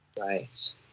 Right